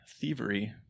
thievery